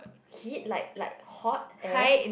heat like like hot air